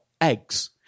eggs